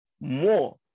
more